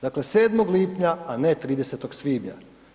Dakle 7. lipnja, a ne 30. svibnja.